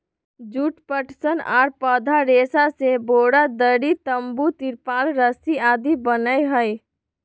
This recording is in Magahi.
जुट, पटसन आर पौधा रेशा से बोरा, दरी, तंबू, तिरपाल रस्सी आदि बनय हई